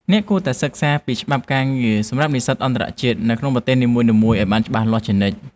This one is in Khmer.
អ្នកគួរតែសិក្សាពីច្បាប់ការងារសម្រាប់និស្សិតអន្តរជាតិនៅក្នុងប្រទេសនីមួយៗឱ្យបានច្បាស់លាស់ជានិច្ច។